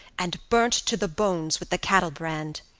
and burnt to the bones with the cattle brand!